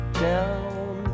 down